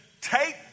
Take